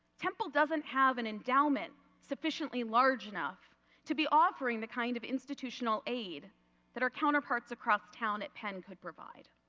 temple doesn't have an endowment sufficiently large enough to be offering the kind of institutional aid that our counterparts across town at penn could provide.